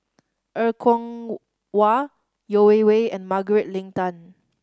Er Kwong Wah Yeo Wei Wei and Margaret Leng Tan